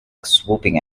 swooping